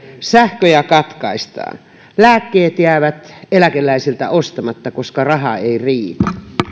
sähköjä katkaistaan lääkkeet jäävät eläkeläisiltä ostamatta koska raha ei riitä